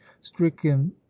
stricken